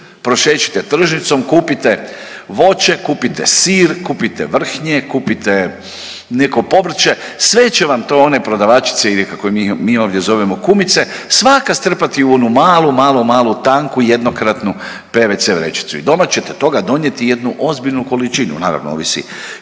prošećite tržnicom, kupite voće, kupite sir, kupite vrhnje, kupite neko povrće. Sve će vam to one prodavačice ili kako ih mi ovdje zovemo, kumice, sva strpati u onu malu, malu, malu, tanku jednokratnu pvc vrećicu. I doma ćete toga donijeti jednu ozbiljnu količinu. Naravno, ovisi